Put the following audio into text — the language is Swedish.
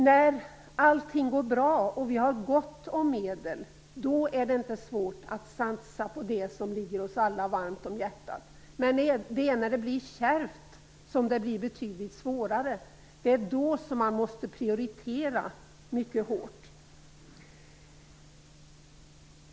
När allting går bra och vi har gott om medel är det inte svårt att satsa på det som ligger oss allra varmast om hjärtat. Men det är när det blir kärvt som det blir betydligt svårare. Det är då som man måste prioritera mycket hårt.